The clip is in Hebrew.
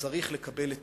צריך לקבל את